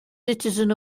citizen